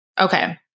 Okay